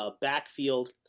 backfield